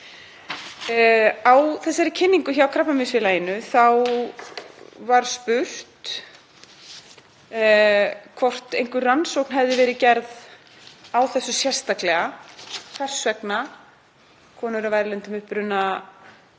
Á þessari kynningu hjá Krabbameinsfélaginu var spurt hvort einhver rannsókn hefði verið gerð á þessu sérstaklega, hvers vegna konur af erlendum uppruna